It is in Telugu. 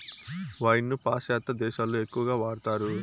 వైన్ ను పాశ్చాత్య దేశాలలో ఎక్కువగా వాడతారు